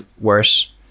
worse